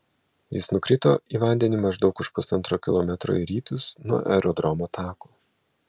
jis nukrito į vandenį maždaug už pusantro kilometro į rytus nuo aerodromo tako